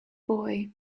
boy